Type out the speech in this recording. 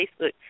Facebook